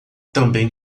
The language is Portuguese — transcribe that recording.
também